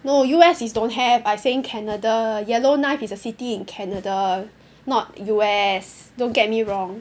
no U_S is don't have I saying Canada Yellow Knife is a city in Canada not U_S don't get me wrong